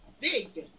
big